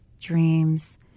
dreams